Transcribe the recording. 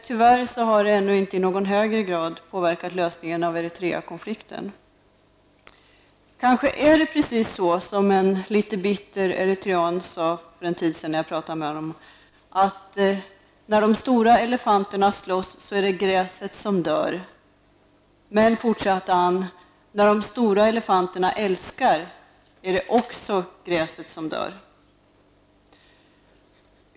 Tyvärr har detta inte i någon högre grad ännu påverkat lösningen av Eritrea-konflikten. Det är kanske precis så som en något bitter eritrean sade när jag för en tid sedan talade med honom, att när de stora elefanterna slåss, är det gräset som dör, men när de stora elefanterna älskar, är det också gräset som dör.